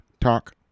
talk